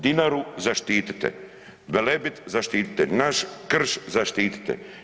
Dinaru zaštitite, Velebit zaštitite, naš krš zaštitite.